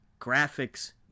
graphics